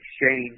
exchange